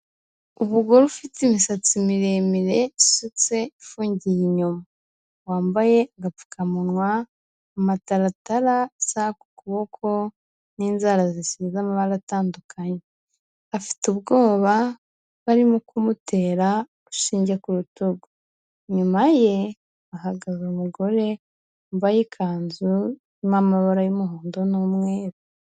Umugore ufite imisatsi miremire isutse ifungiye inyuma, wambaye agapfukamunwa, amataratara, isaha ku kuboko n'inzara zisize amabara atandukanye, afite ubwoba barimo kumutera urushinge ku rutugu, inyuma ye hahagaze umugore wambaye ikanzu, irimo amabara y'umuhondo n'umweru.